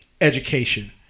education